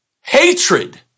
Hatred